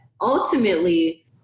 ultimately